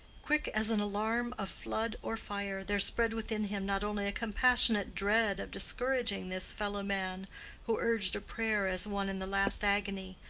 quick as an alarm of flood or fire, there spread within him not only a compassionate dread of discouraging this fellowman who urged a prayer as one in the last agony,